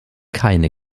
keine